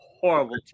Horrible